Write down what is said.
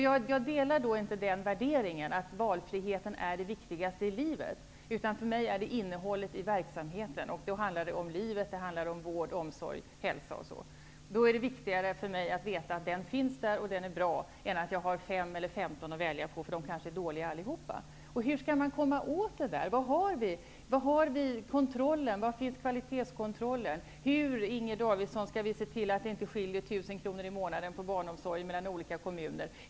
Jag delar inte värderingen att valfriheten är det viktigaste i livet. För mig gäller det innehållet i verksamheten; det handlar om livet, om vård och omsorg, hälsa osv. Det är viktigare för mig att veta att omsorgen finns där och att den är bra, än att jag har fem eller femton att välja på, då de kanske är dåliga allihop. Davidson, skall vi se till att det inte skiljer 1 000 kr i månaden för barnomsorgen mellan olika kommuner?